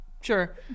Sure